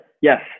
Yes